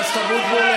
תודה רבה.